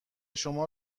شما